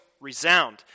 resound